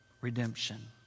redemption